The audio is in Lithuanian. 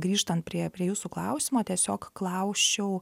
grįžtant prie prie jūsų klausimo tiesiog klausčiau